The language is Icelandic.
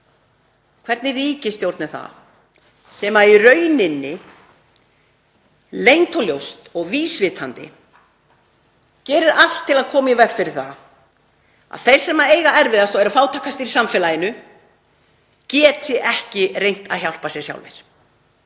Hvernig ríkisstjórn er það sem í rauninni, leynt og ljóst og vísvitandi, gerir allt til að þeir sem eiga erfiðast og eru fátækastir í samfélaginu geti ekki reynt að hjálpa sér sjálfir